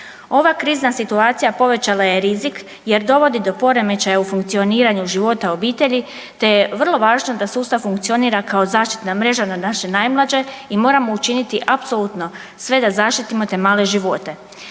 Ova krizna situacija povećala je rizik jer dovodi do poremećaja u funkcioniranju života obitelji, te je vrlo važno da sustav funkcionira kao zaštitna mreža na naše najmlađe i moramo učiniti apsolutno sve da zaštitimo te male živote.